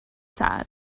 sad